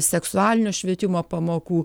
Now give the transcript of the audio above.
seksualinio švietimo pamokų